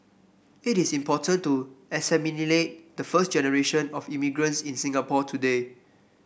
it is important to assimilate the first generation of immigrants in Singapore today